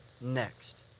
next